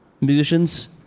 musicians